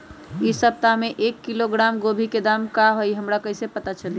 इ सप्ताह में एक किलोग्राम गोभी के दाम का हई हमरा कईसे पता चली?